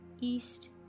east